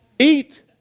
eat